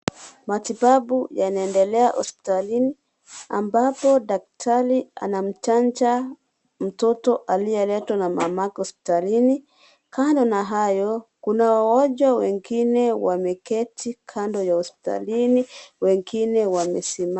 Matibabu yanaendelea hospitalini, ambapo daktari anamchanja mtoto aliyeletwa na mama yake hospitalini. Kando na hayo, kuna wagonjwa wengine wameketi kando ya hospitalini. Wengine wamesimama.